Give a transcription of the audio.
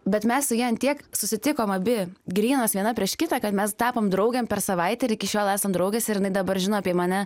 bet mes su ja ant tiek susitikom abi grynos viena prieš kitą kad mes tapom draugėm per savaitę ir iki šiol esam draugės ir jinai dabar žino apie mane